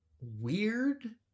weird